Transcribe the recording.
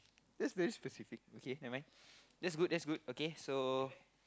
that's very specific okay never mind that's good that's good okay so